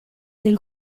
del